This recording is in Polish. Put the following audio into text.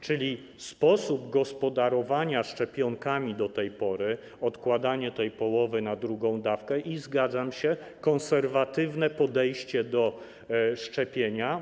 Czyli sposób gospodarowania szczepionkami do tej pory, odkładanie tej połowy na drugą dawkę i, zgadzam się, konserwatywne podejście do szczepienia.